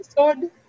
episode